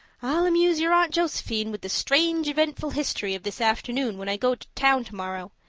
i'll amuse your aunt josephine with the strange eventful history of this afternoon when i go to town tomorrow.